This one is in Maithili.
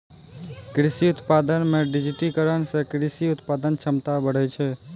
कृषि उत्पादन मे डिजिटिकरण से कृषि उत्पादन क्षमता बढ़ै छै